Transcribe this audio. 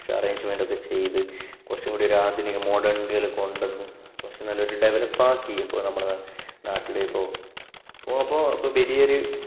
arrangement ഒക്കെ ചെയ്ത് കുറച്ചും കൂടി ഒരു ആധുനിക മോഡേൺ രീതിയില് കൊണ്ടുവന്ന് കുറച്ചു നല്ലൊരു ഡെവലപ് ആക്കി ഇപ്പോൾ നമ്മളുടെ നാട്ടില് ഇപ്പോൾ ഇപ്പോൾ വലിയ ഒരു